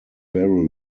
barrel